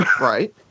Right